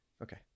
okay